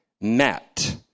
met